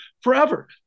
forever